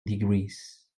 degrees